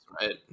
right